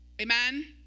Amen